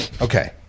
Okay